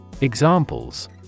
Examples